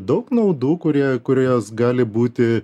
daug naudų kurie kurios gali būti